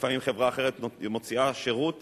לפעמים חברה אחרת מוציאה שירות